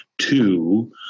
Two